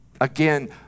again